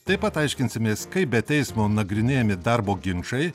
taip pat aiškinsimės kaip be teismo nagrinėjami darbo ginčai